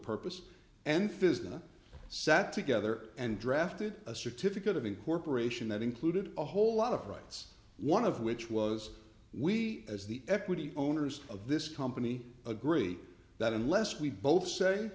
purpose and fiz not sat together and drafted a certificate of incorporation that included a whole lot of rights one of which was we as the equity owners of this company agree that unless we both say